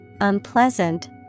unpleasant